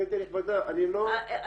גבירתי הנכבדה אני לא --- אדוני,